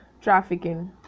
trafficking